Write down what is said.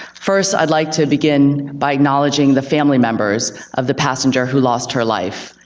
first i'd like to begin by acknowledging the family members of the passenger who lost her life.